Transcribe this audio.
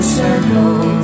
circles